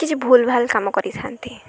କିଛି ଭୁଲ୍ଭାଲ୍ କାମ କରିଥାନ୍ତି